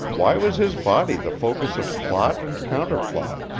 why was his body the focus of plot and counterplot,